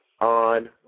on